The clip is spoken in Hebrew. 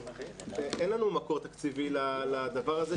אין לנו מקור תקציבי לדבר הזה.